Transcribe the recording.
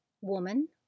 Woman